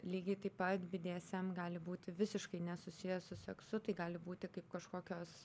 lygiai taip pat bdsm gali būti visiškai nesusiję su seksu tai gali būti kaip kažkokios